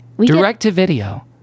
Direct-to-video